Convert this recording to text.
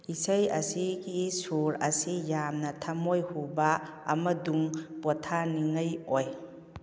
ꯏꯁꯩ ꯑꯁꯤꯒꯤ ꯁꯨꯔ ꯑꯁꯤ ꯌꯥꯝꯅ ꯊꯃꯣꯏ ꯍꯨꯕ ꯑꯃꯁꯨꯡ ꯄꯣꯊꯥꯅꯤꯡꯉꯥꯏ ꯑꯣꯏ